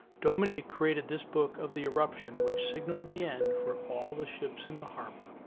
dominique created this book of the eruption which signaled the end for all the ships in the harbor.